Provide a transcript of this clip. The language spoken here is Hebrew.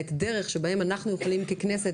אלא את הדרך שבה אנחנו יכולים ככנסת